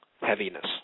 heaviness